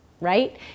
Right